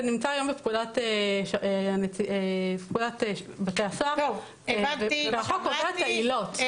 זה נמצא היום בפקודת בתי הסוהר והחוק קובע את העילות.